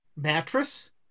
mattress